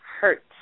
hurt